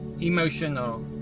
emotional